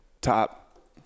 top